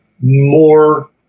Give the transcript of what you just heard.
more